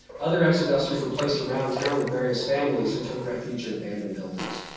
other exodusters were placed around town with various families or took refuge in abandoned buildings.